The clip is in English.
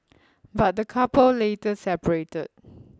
but the couple later separated